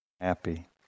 Happy